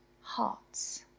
hearts